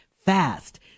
fast